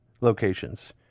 locations